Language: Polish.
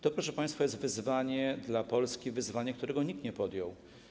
To, proszę państwa, jest wyzwanie dla Polski, wyzwanie, którego nikt nie podjął.